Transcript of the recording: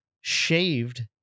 shaved